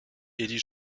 élie